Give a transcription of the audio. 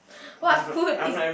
what food is